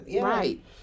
Right